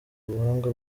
ubuhanga